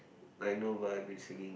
I know but I have been singing